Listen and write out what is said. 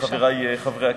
חברי חברי הכנסת,